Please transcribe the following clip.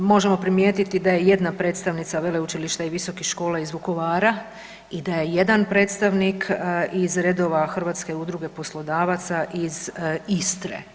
Možemo primijetiti da je jedna predstavnica veleučilišta i visokih škola iz Vukovara i da je jedan predstavnik iz redova Hrvatske udruge poslodavaca iz Istre.